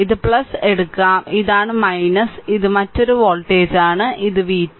ഇത് എടുക്കും ഇതാണ് ഇത് മറ്റൊരു വോൾട്ടേജാണ് ഇത് v2